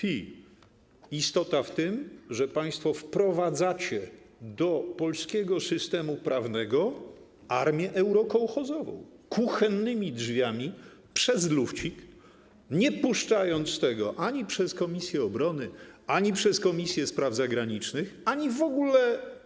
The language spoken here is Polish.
Istota w tym, że państwo wprowadzacie do polskiego systemu prawnego armię eurokołchozową kuchennymi drzwiami, przez lufcik, nie puszczając tego ani przez komisję obrony, ani przez Komisję Spraw Zagranicznych, ani w ogóle.